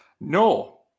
No